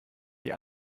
die